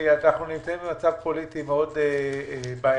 אנחנו נמצאים במצב פוליטי מאוד בעייתי.